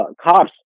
cops